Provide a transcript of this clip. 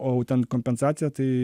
o jau ten kompensaciją tai